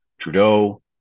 Trudeau